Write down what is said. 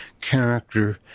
character